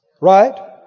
Right